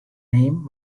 name